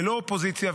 ללא אופוזיציה,